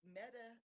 meta